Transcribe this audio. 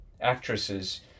actresses